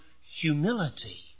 humility